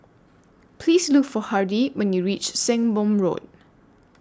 Please Look For Hardie when YOU REACH Sembong Road